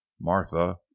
Martha